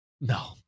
No